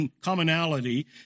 commonality